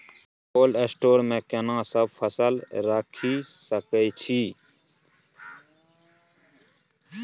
Cold store मे केना सब फसल रखि सकय छी?